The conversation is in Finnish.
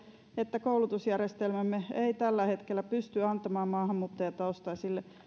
että koulutusjärjestelmämme ei tällä hetkellä pysty antamaan maahanmuuttajataustaisille